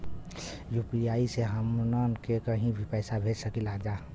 UPI से हमहन के कहीं भी पैसा भेज सकीला जा?